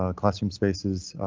ah classroom spaces.